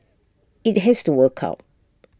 IT has to work out